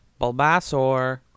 Bulbasaur